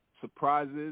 surprises